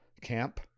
camp